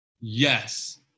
Yes